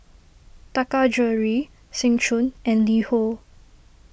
Taka Jewelry Seng Choon and LiHo